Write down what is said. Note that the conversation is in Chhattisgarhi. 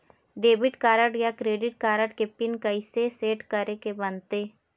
डेबिट कारड या क्रेडिट कारड के पिन कइसे सेट करे के बनते?